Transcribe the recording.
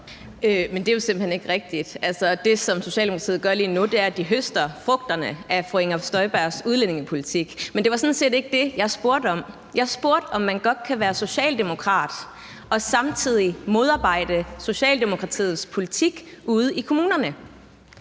Det er jo simpelt hen ikke rigtigt. Det, som Socialdemokratiet gør lige nu, er, at de høster frugterne af fru Inger Støjbergs udlændingepolitik. Men det var sådan set ikke det, jeg spurgte om. Jeg spurgte, om man godt kan være socialdemokrat og samtidig modarbejde Socialdemokratiets politik ude i kommunerne.